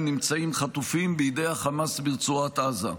נמצאים חטופים בידי החמאס ברצועת עזה.